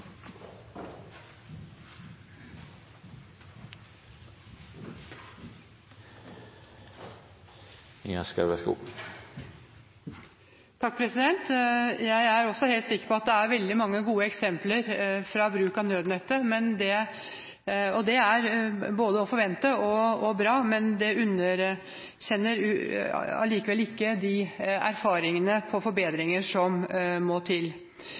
også helt sikker på at det er veldig mange gode eksempler fra bruk av nødnettet. Det er både å forvente og bra, men det underkjenner allikevel ikke de erfaringene som tilsier at forbedringer må til.